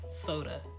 Soda